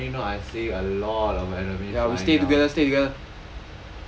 I I only know I see a lot of enemies